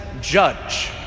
judge